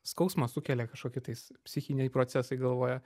skausmas sukelia kažkokie tais psichiniai procesai galvoje